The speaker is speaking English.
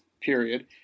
Period